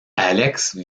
alex